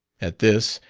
at this,